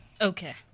Okay